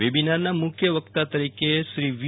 વેબીનારનાં મુખ્ય વકતા તરીકે શ્રી વી